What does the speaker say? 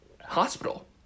hospital